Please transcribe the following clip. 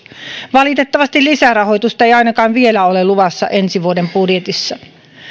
valitettavasti lisärahoitusta ei ainakaan vielä ole luvassa ensi vuoden budjetissa